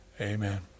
amen